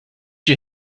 you